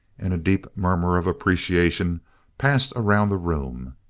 and a deep murmur of appreciation passed around the room.